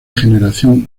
generación